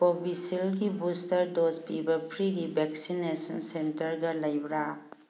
ꯀꯣꯚꯤꯁꯤꯜꯒꯤ booster dose ꯄꯤꯕ ꯐ꯭ꯔꯤꯒꯤ vaccination ꯁꯦꯟꯇꯔꯒ ꯂꯩꯕ꯭ꯔꯥ